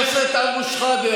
חבר הכנסת אבו שחאדה,